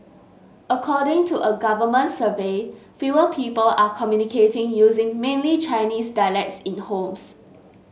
according to a government survey fewer people are communicating using mainly Chinese dialects in homes